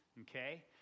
Okay